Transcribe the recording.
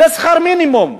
לשכר מינימום?